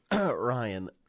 Ryan